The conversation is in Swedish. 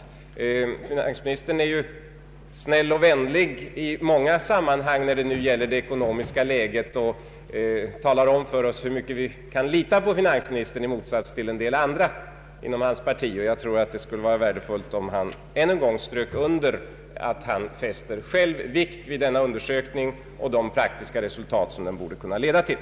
Finansministern är ju snäll och vänlig i många sammanhang, när det gäller det ekonomiska läget, och talar om för oss hur mycket vi kan lita på honom i motsats till en del andra inom hans parti. Jag tror att det skulle vara värdefullt, om finansministern än en gång strök under att han fäster vikt vid denna undersökning och de praktiska resultat som den borde kunna leda till.